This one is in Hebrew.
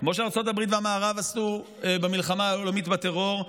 כמו שארצות הברית והמערב עשו במלחמה העולמית בטרור,